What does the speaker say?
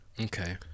Okay